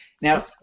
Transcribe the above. Now